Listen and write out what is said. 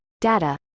data